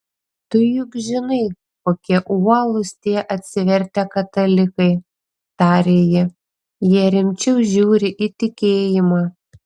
tu juk žinai kokie uolūs tie atsivertę katalikai tarė ji jie rimčiau žiūri į tikėjimą